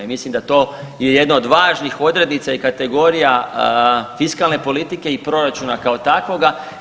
I mislim da je to jedno od važnih odrednica i kategorija fiskalne politike i proračuna kao takvoga.